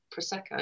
Prosecco